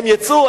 הם יצאו.